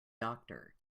doctor